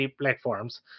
platforms